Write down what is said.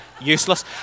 useless